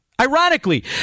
Ironically